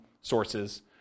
sources